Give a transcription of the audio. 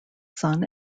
son